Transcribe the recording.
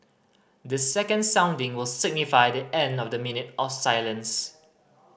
the second sounding will signify the end of the minute of silence